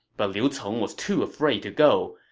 but liu cong was too afraid to go,